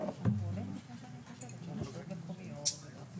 אנחנו יודעים כמה לא מאפשרים להם למידה פרונטלית?